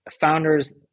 founders